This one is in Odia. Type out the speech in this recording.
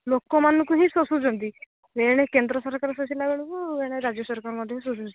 ଲୋକମାନଙ୍କୁ ହିଁ ଶୋଷୁଛନ୍ତି ଏଣେ କେନ୍ଦ୍ର ସରକାର ଶୋଷିଲା ବେଳକୁ ଏଣେ ରାଜ୍ୟ ସରକାର ମଧ୍ୟ ଶୋଉଛି